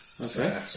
Okay